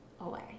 away